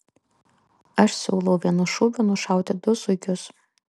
aš siūlau vienu šūviu nušauti du zuikius